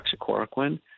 hydroxychloroquine